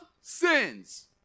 sins